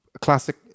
classic